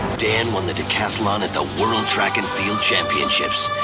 dan won the decathlon at the world track and field championships.